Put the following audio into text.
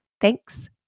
Thanks